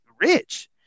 rich